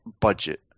budget